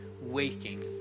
waking